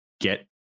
get